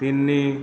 ତିନି